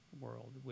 world